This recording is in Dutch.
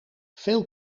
veel